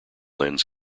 lens